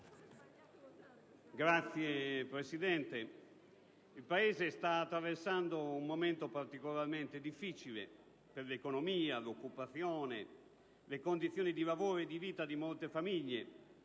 il Paese sta attraversando un momento particolarmente difficile per l'economia, l'occupazione, le condizioni di vita e di lavoro di molte famiglie,